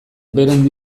beren